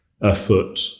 afoot